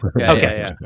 Okay